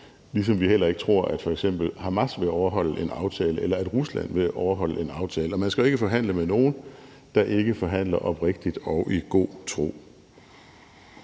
ligesom vi heller ikke tror, at f.eks. Hamas vil overholde en aftale, eller at Rusland vil overholde en aftale, og man skal jo ikke forhandle med nogen, der ikke forhandler oprigtigt og i god tro.